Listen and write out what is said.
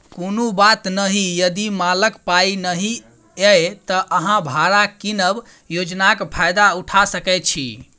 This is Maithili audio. कुनु बात नहि यदि मालक पाइ नहि यै त अहाँ भाड़ा कीनब योजनाक फायदा उठा सकै छी